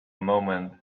moment